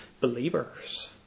believers